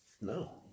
No